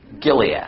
Gilead